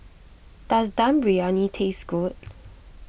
does Dum Briyani taste good